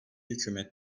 hükümet